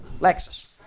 Lexus